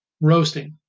Roasting